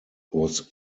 was